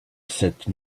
cette